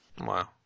Wow